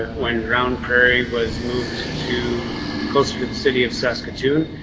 when round prairie was moved to closer to the city of saskatoon,